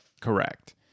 Correct